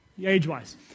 age-wise